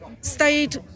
stayed